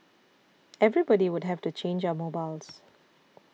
everybody would have to change our mobiles